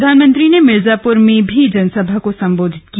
प्रधानमंत्री ने मिर्जापुर में भी जनसभा को संबोधित किया